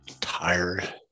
Tired